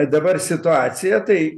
dabar situaciją tai